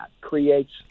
creates